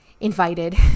invited